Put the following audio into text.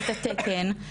את התקן,